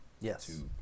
Yes